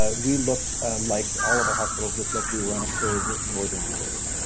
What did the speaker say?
ah we looked like all of our hospitals looked like we were on a curve with northern italy,